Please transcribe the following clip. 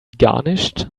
garnished